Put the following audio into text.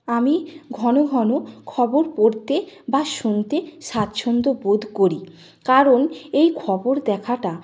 আমি ঘন ঘন খবর পড়তে বা শুনতে স্বাচ্ছন্দ্য বোধ করি কারণ এই খবর দেখাটা